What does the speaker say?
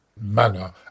manner